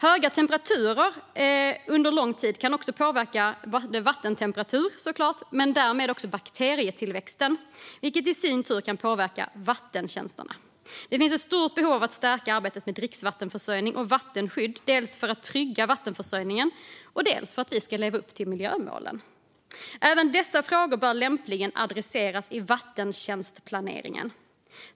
Höga temperaturer under lång tid kan såklart påverka vattentemperaturen och därmed också bakterietillväxten, vilket i sin tur kan påverka vattentjänsterna. Det finns ett stort behov av att stärka arbetet med dricksvattenförsörjning och vattenskydd, dels för att trygga vattenförsörjningen, dels för att vi ska leva upp till miljömålen. Även dessa frågor bör lämpligen adresseras i vattentjänstplaneringen.